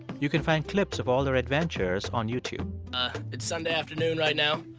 you can find clips of all their adventures on youtube it's sunday afternoon right now.